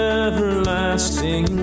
everlasting